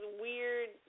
weird